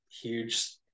huge –